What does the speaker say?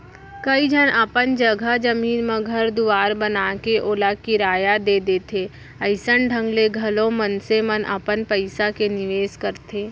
कइ झन अपन जघा जमीन म घर दुवार बनाके ओला किराया दे देथे अइसन ढंग ले घलौ मनसे मन अपन पइसा के निवेस करथे